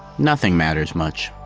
nothing matters much.